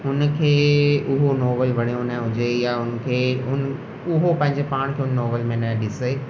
हुनखे उहो नॉवेल वणियो न हुजे या हुनखे हुन उहो पंहिंजे पाण खे हुन नॉवेल में न ॾिसे